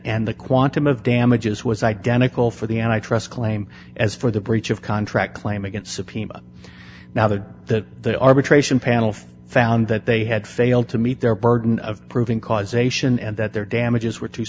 and the quantum of damages was identical for the and i trust claim as for the breach of contract claim against subpoena now the that the arbitration panel found that they had failed to meet their burden of proving causation and that their damages were t